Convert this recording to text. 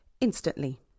instantly